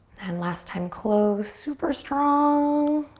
and last time, close. super strong.